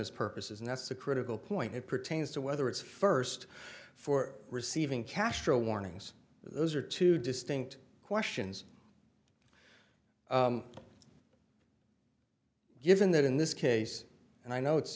his purposes and that's the critical point it pertains to whether it's first for receiving castro warnings those are two distinct questions given that in this case and i know it's